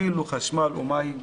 אפילו חשמל או מים,